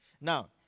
Now